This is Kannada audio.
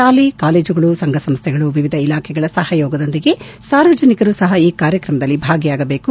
ಶಾಲೆ ಕಾಲೇಜುಗಳು ಸಂಘ ಸಂಸ್ಥೆಗಳು ವಿವಿಧ ಇಲಾಖೆಗಳ ಸಹಯೋಗದೊಂದಿಗೆ ಸಾರ್ವಜನಿಕರು ಸಪ ಈ ಕಾರ್ಯಕ್ರಮದಲ್ಲಿ ಭಾಗಿಯಾಗಬೇಕು